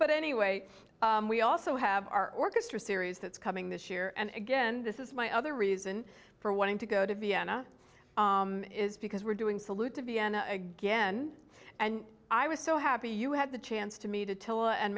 but anyway we also have our orchestra series that's coming this year and again this my other reason for wanting to go to vienna is because we're doing salute to vienna again and i was so happy you had the chance to me to tell a